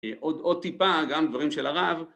עוד טיפה גם דברים של הרב